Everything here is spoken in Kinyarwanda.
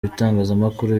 bitangazamakuru